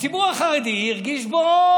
הציבור החרדי הרגיש בו,